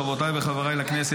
חברותיי וחבריי לכנסת,